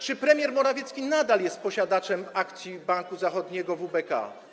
Czy premier Morawiecki nadal jest posiadaczem akcji Banku Zachodniego WBK?